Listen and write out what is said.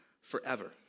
forever